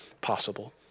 possible